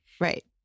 Right